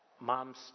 Mom's